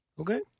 okay